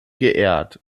geehrt